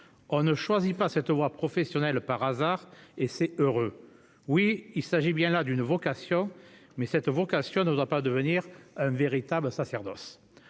On ne choisit pas cette voie professionnelle par hasard, et c'est heureux ! Il s'agit bien d'une vocation, mais celle-ci ne doit pas devenir un véritable sacerdoce.